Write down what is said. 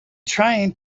trying